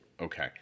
Okay